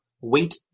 wait